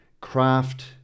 craft